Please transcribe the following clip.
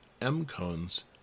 M-cones